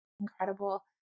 incredible